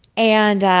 and